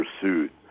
pursuit